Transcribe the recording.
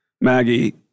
Maggie